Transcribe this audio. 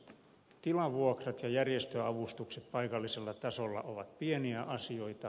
tilavuokrat ja järjestöavustukset paikallisella tasolla ovat pieniä asioita